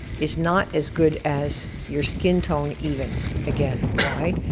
is not as good as your skin tone even again. why?